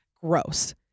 gross